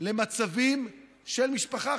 למצבים של משפחה.